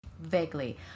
vaguely